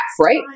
right